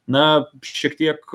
na šiek tiek